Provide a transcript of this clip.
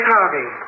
Harvey